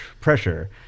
pressure